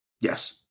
Yes